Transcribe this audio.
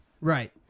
Right